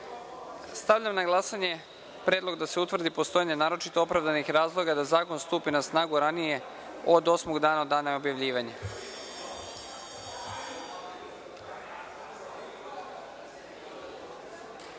amandman. Stavljam na glasanje predlog da se utvrdi postojanje naročito opravdanih razloga da zakon stupi na snagu ranije od osmog dana od dana objavljivanja. Molim